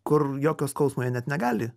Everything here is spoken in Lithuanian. kur jokio skausmo jie net negali